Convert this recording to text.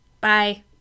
Bye